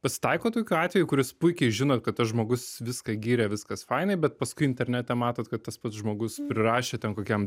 pasitaiko tokių atvejų kuris puikiai žinot kad tas žmogus viską giria viskas fainai bet paskui internete matot kad tas pats žmogus prirašė ten kokiam